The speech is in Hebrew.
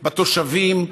בתושבים,